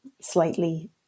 slightly